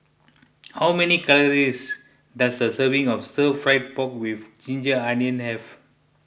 how many calories does a serving of Stir Fry Pork with Ginger Onions have